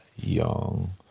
young